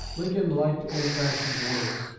lincoln liked old-fashioned words,